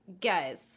guys